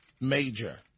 Major